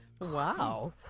Wow